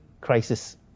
crisis